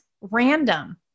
random